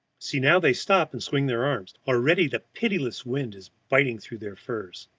see, now they stop and swing their arms! already the pitiless wind is biting through their furs.